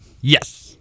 yes